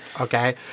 Okay